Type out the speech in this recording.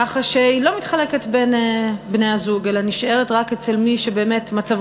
ככה שהיא לא מתחלקת בין בני-הזוג אלא נשארת רק אצל מי שמצבו,